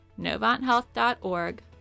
NovantHealth.org